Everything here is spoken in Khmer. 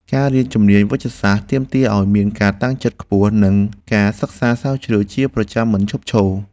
ការរៀនជំនាញវេជ្ជសាស្ត្រទាមទារឱ្យមានការតាំងចិត្តខ្ពស់ និងការសិក្សាស្រាវជ្រាវជាប្រចាំមិនឈប់ឈរ។